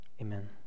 Amen